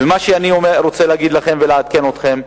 ואני רוצה להגיד לכם ולעדכן אתכם: